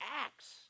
Acts